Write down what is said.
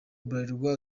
bralirwa